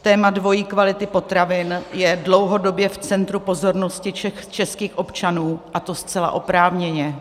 Téma dvojí kvality potravin je dlouhodobě v centru pozornosti českých občanů, a to zcela oprávněně.